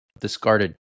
discarded